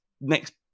next